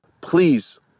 Please